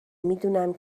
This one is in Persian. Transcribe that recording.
میدونم